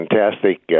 fantastic